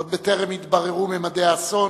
עוד בטרם התבררו ממדי האסון,